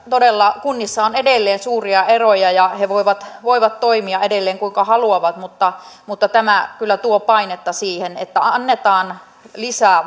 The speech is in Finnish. todella kunnissa on edelleen suuria eroja ja ne voivat toimia edelleen kuinka haluavat mutta mutta tämä kyllä tuo painetta siihen että annetaan lisää